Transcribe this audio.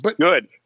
good